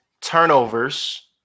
turnovers